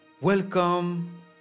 Welcome